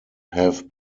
have